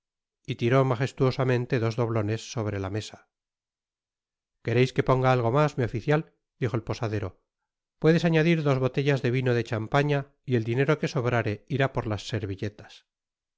y tiró majestuosamente dos doblones sobre la mesa quereis que ponga algo mas mi oficial dijo el posadero puedes añadir dos botellas de vino de champaña y el dinero que sobrare irá por las servilletas